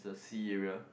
that's a sea area